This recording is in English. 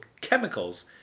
chemicals